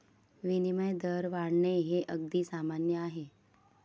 विनिमय दर वाढणे हे अगदी सामान्य आहे